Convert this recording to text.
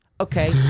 Okay